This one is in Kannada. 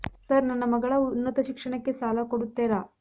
ಸರ್ ನನ್ನ ಮಗಳ ಉನ್ನತ ಶಿಕ್ಷಣಕ್ಕೆ ಸಾಲ ಕೊಡುತ್ತೇರಾ?